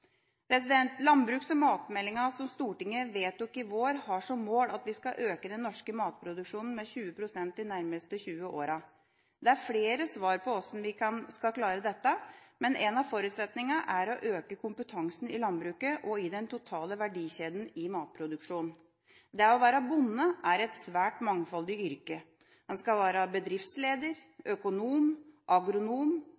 Landbruks- og matmeldinga, som Stortinget vedtok i vår, har som mål at vi skal øke den norske matproduksjonen med 20 pst. de nærmeste 20 åra. Det er flere svar på hvordan vi skal klare dette, men en av forutsetningene er å øke kompetansen i landbruket og i den totale verdikjeden i matproduksjonen. Det å være bonde er et svært mangfoldig yrke. Man skal være